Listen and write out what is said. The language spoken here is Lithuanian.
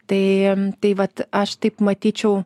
tai tai vat aš taip matyčiau